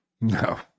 No